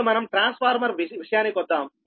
ఇప్పుడు మనం ట్రాన్స్ఫార్మర్ విషయానికొద్దాం